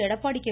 Edappadi K